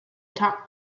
talk